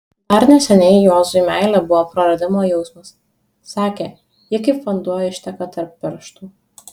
dar neseniai juozui meilė buvo praradimo jausmas sakė ji kaip vanduo išteka tarp pirštų